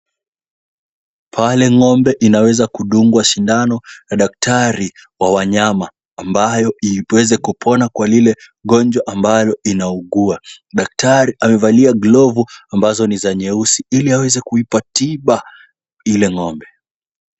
Pale ng'ombe inaweza kudungwa sindano na daktari wa wanyama ambayo iweze kupona kwa lile ugonjwa ambalo inaugua. Daktari, amevalia glovu ambazo ni za nyeusi ili aweze kuipa tiba ile ng'ombe.